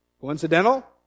Coincidental